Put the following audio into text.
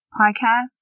podcast